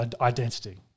identity